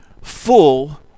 full